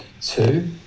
Two